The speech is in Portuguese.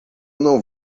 não